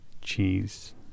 cheese